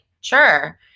sure